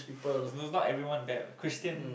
is it's not everyone bad what Christian